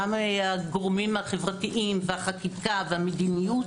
גם הגורמים החברתיים והחקיקה והמדיניות